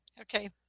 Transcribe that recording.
Okay